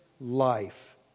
life